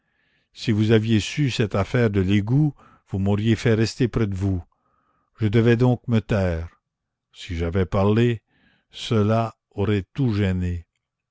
si vous aviez su cette affaire de l'égout vous m'auriez fait rester près de vous je devais donc me taire si j'avais parlé cela aurait tout gêné